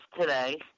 today